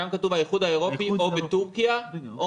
שם כתוב: האיחוד האירופאי או טורקיה או